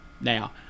Now